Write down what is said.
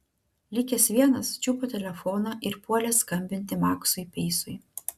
likęs vienas čiupo telefoną ir puolė skambinti maksui peisui